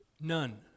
None